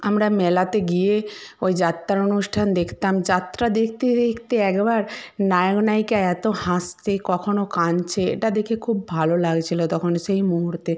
আমরা মেলাতে গিয়ে ওই যাত্রার অনুষ্ঠান দেখতাম যাত্রা দেখতে দেখতে একবার নায়ক নায়িকা এত হাসছে কখনও কাঁদছে এটা দেখে খুব ভালো লাগছিল তখন সেই মুহূর্তে